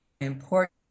important